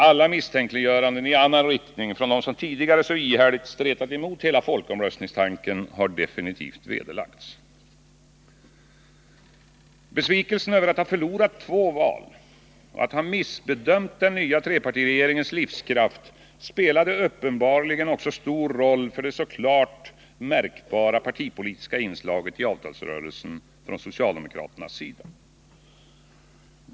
Allt misstänkliggörande i annan riktning från dem som tidigare så ihärdigt stretat emot hela folkomröstningstanken har definitivt vederlagts. Besvikelsen över att ha förlorat två val och ha missbedömt den nya trepartiregeringens livskraft spelade uppenbarligen också stor roll för det så klart märkbara partipolitiska inslaget i avtalsrörelsen från socialdemokraternas sida.